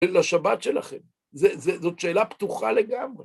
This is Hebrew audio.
לשבת שלכם. זה זה זאת שאלה פתוחה לגמרי.